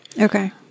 Okay